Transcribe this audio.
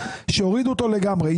שיורידו אותו לגמרי.